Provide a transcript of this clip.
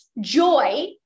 joy